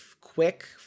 quick